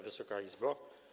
Wysoka Izbo!